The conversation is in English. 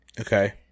Okay